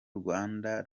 rwanda